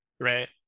Right